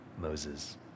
Moses